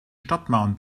stadtmauern